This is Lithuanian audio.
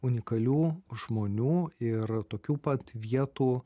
unikalių žmonių ir tokių pat vietų